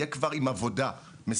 יהיה כבר עם עבודה מסודרת.